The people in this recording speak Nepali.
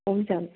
हुन्छ